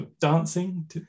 dancing